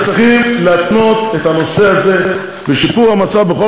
צריכים להתנות את הנושא הזה בשיפור המצב בכל